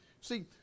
See